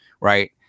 right